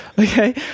Okay